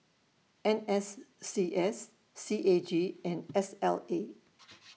N S C S C A G and S L A